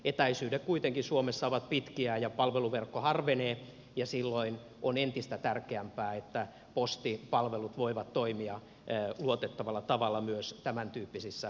etäisyydet kuitenkin suomessa ovat pitkiä ja palveluverkko harvenee ja silloin on entistä tärkeämpää että postin palvelut voivat toimia luotettavalla tavalla myös tämäntyyppisissä tilanteissa